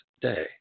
day